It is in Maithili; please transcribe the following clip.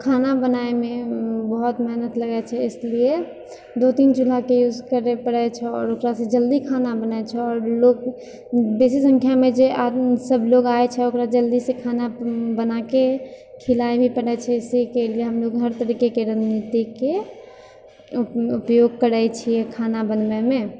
खाना बनायमे बहुत मेहनत लगै छै इसलिए दो तीन चूल्हाके यूज करै पड़ै छै आओर ओकरासँ जल्दी खाना बनै छै आओर लोग बेसी सङ्ख्यामे जे लोग आइ छै ओकरा जल्दीसँ खाना बनाके खिलाइ भी पड़ै छै इसीके लियऽ हमलोग हर तरीकेके रणनीतिके उपयोग करै छियै खाना बनबैमे